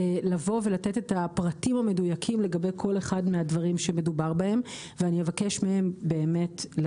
שהוא בתפקיד כבר שנים ארוכות מאוד מאוד ואין כמוהו מכיר את השטח היטב